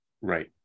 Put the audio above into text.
Right